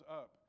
up